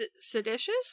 seditious